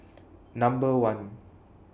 Number one